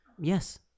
Yes